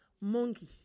monkey